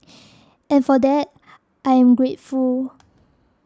and for that I am grateful